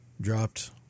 dropped